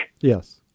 Yes